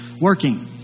working